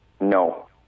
No